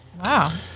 Wow